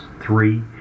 three